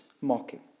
mocking